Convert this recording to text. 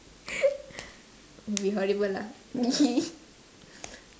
be horrible lah